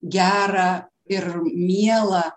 gera ir miela